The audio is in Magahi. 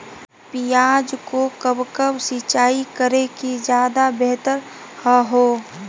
प्याज को कब कब सिंचाई करे कि ज्यादा व्यहतर हहो?